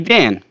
Dan